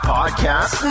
Podcast